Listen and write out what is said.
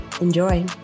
Enjoy